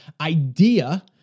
idea